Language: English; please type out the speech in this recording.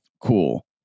Cool